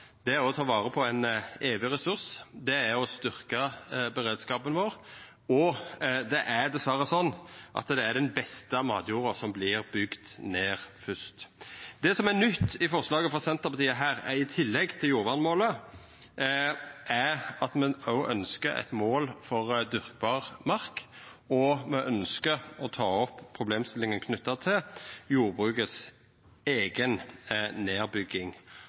òg å ta vare på ein evig ressurs. Det er å styrkja beredskapen vår, og det er dessverre slik at det er den beste matjorda som vert bygd ned først. Det som er nytt i eit av forslaga våre, er at me i tillegg til jordvernmålet ønskjer eit mål for dyrkbar mark, og me ønskjer å ta opp problemstillinga knytt til jordbrukets eiga nedbygging